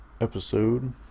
episode